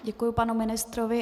Děkuji panu ministrovi.